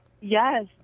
Yes